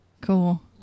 Cool